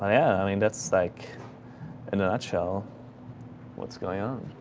i mean, that's like in a nutshell what's going on.